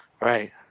Right